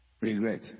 Regret